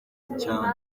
cyane